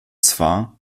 zwar